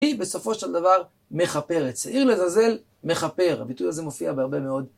היא בסופו של דבר מכפרת. "שעיר לעזאזל מכפר", הביטוי הזה מופיע בהרבה מאוד